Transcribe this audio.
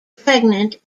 pregnant